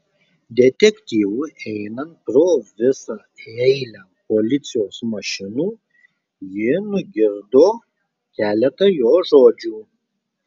detektyvui einant pro visą eilę policijos mašinų ji nugirdo keletą jo žodžių